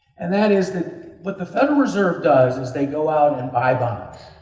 and that is that what the federal reserve does is they go out and buy bonds,